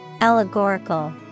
Allegorical